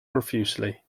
profusely